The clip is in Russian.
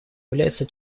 является